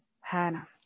Hannah